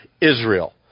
Israel